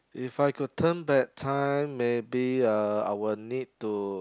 if I could turn back time maybe uh I would need to